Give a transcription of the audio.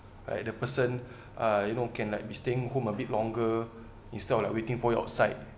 like the person uh you know can like be staying home a bit longer instead of like waiting for you outside